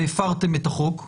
והפרתם את החוק.